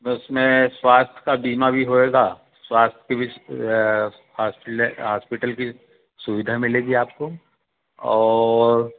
तो उसमें स्वास्थ्य का बीमा भी होयेगा स्वास्थ्य हॉस्पिटल की भी सुविधा मिलेगी आपको और